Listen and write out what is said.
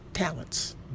talents